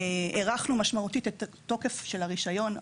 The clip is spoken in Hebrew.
הארכנו משמעותית את תוקף הרישיון.